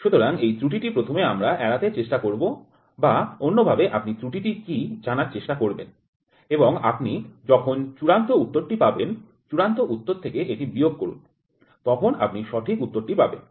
সুতরাং এই ত্রুটিটি প্রথমে আমরা এড়াতে চেষ্টা করব বা অন্যভাবে আপনি ত্রুটিটি কী জানার চেষ্টা করবেন এবং আপনি যখন চূড়ান্ত উত্তরটি পাবেন চূড়ান্ত উত্তর থেকে এটি বিয়োগ করুন তখন আপনি সঠিক উত্তরটি পাবেন